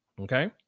Okay